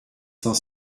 cent